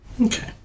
Okay